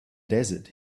desert